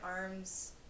arms